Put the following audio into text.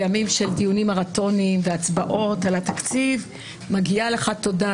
בימים של דיונים מרתוניים והצבעות על התקציב מגיעה לך תודה,